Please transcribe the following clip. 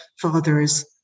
father's